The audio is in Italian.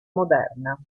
moderna